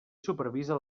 supervisa